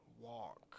walk